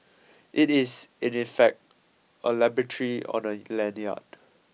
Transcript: it is in effect a laboratory on a lanyard